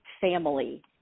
family